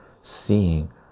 seeing